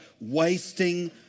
wasting